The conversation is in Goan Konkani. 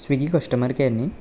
स्विगी कस्टमर केर न्हय